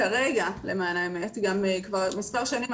למען האמת כבר מספר שנים,